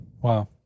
Wow